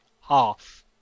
Half